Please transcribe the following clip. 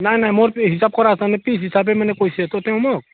নাই নাই মোৰ হিচাপ কৰা হিচাপে মানে কৈছেতো তেওঁ মোক